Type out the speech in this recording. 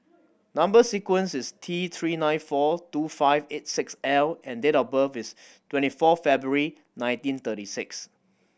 number sequence is T Three nine four two five eight six L and date of birth is twenty four February nineteen thirty six